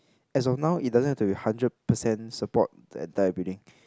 as of now it doesn't have to be hundred percent support the entire building